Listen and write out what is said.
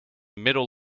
middle